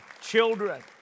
children